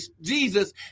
Jesus